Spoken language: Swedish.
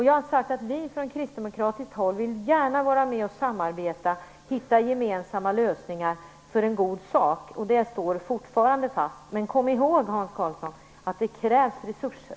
Jag har sagt att vi från kristdemokratiskt håll gärna vill vara med och samarbeta och hitta gemensamma lösningar för en god sak. Det står fortfarande fast. Men kom ihåg, Hans Karlsson, att det krävs resurser.